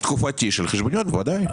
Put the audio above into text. דיווח תקופתי של חשבוניות בוודאי.